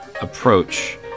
approach